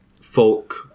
folk